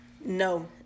No